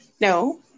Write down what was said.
No